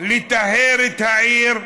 לטהר את העיר,